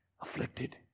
afflicted